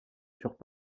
furent